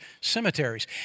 cemeteries